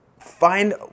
find